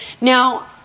Now